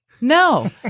no